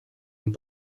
und